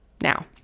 now